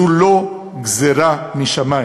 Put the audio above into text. זו לא גזירה משמים.